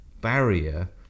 barrier